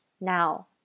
now